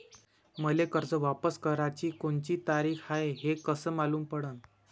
मले कर्ज वापस कराची कोनची तारीख हाय हे कस मालूम पडनं?